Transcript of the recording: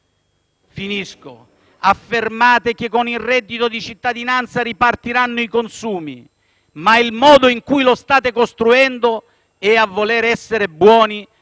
Affermate che con il reddito di cittadinanza ripartiranno i consumi, ma il modo con cui lo state costruendo è - a voler essere buoni